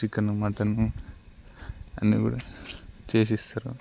chicken mutton అన్నీ కూడా చేసి ఇస్తారు